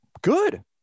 Good